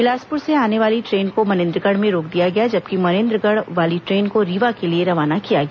बिलासपुर से आने वॉली ट्रेन को मनेन्द्रगढ़ में रोक दिया गया जबकि मनेन्द्रगढ़ वाली ट्रेन को रीवा के लिए रवाना किया गया